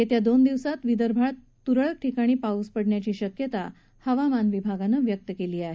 येत्या दोन दिवसात विदर्भात तुरळक ठिकाणी पाऊस पडण्याची शक्यता हवामान विभागानं व्यक्त केली आहे